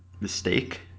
mistake